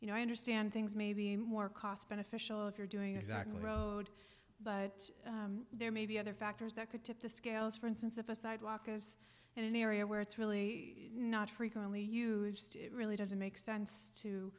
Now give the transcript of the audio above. you know i understand things may be more cost beneficial if you're doing exactly the road but there may be other factors that could tip the scales for instance if a sidewalk is in an area where it's really not frequently used it really doesn't make sense to